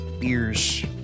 beers